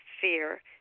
fear